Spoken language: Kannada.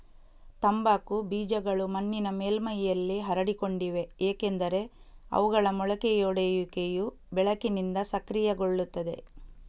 ತಂಬಾಕು ಬೀಜಗಳು ಮಣ್ಣಿನ ಮೇಲ್ಮೈಯಲ್ಲಿ ಹರಡಿಕೊಂಡಿವೆ ಏಕೆಂದರೆ ಅವುಗಳ ಮೊಳಕೆಯೊಡೆಯುವಿಕೆಯು ಬೆಳಕಿನಿಂದ ಸಕ್ರಿಯಗೊಳ್ಳುತ್ತದೆ